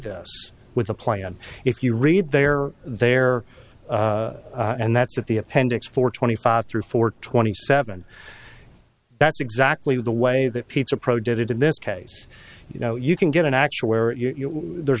this with a plan if you read their their and that's what the appendix for twenty five through for twenty seven that's exactly the way that pizza pro did it in this case you know you can get an actuary there's